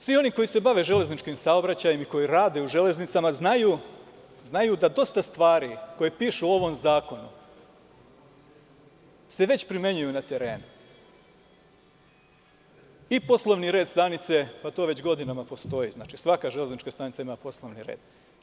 Svi oni koji se bave železničkim saobraćajem i koji rade u železnicama znaju da dosta stvari koje pišu u ovom zakonu se već primenjuju na terenu, i poslovni red stanice, pa to već godinama postoji, svaka železnička stanica ima poslovni red.